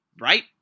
right